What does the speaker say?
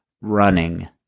running